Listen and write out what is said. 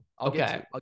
Okay